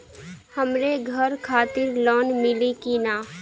हमरे घर खातिर लोन मिली की ना?